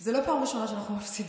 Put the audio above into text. זאת לא פעם ראשונה שאנחנו מפסידים.